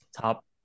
top